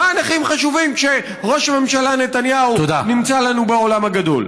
מה הנכים חשובים כשראש הממשלה נתניהו נמצא לנו בעולם הגדול?